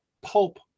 pulp